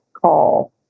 call